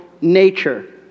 nature